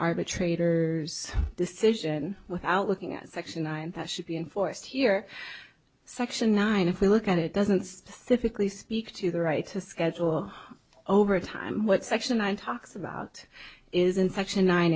arbitrator's decision without looking at section nine that should be enforced here section nine if we look at it doesn't specifically speak to the right to schedule over time what section one talks about is in s